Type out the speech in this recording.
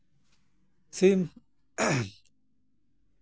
ᱥᱤᱢ